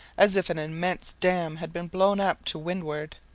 as if an immense dam had been blown up to windward.